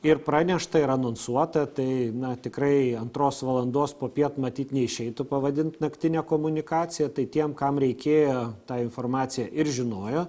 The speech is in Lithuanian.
ir pranešta ir anonsuota tai na tikrai antros valandos popiet matyt neišeitų pavadint naktine komunikacija tai tiem kam reikėjo tą informaciją ir žinojo